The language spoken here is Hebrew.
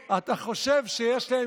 אין בישראל תערובת.